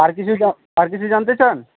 আর কিছু আর কিছু জানতে চান